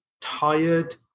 tired